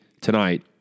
tonight